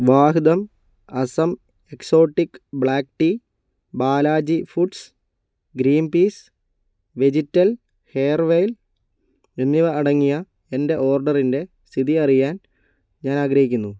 Vahdam Assam exotic black tea Balaji foods green peas vegetal ഹെയർവെയ്ൽ എന്നിവ അടങ്ങിയ എന്റെ ഓർഡറിന്റെ സ്ഥിതി അറിയാൻ ഞാൻ ആഗ്രഹിക്കുന്നു